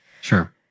Sure